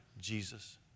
Jesus